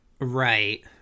Right